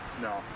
No